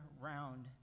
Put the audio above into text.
round